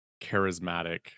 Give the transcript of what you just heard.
charismatic